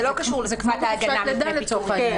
זה לא קשור להגנה מפני פיטורים.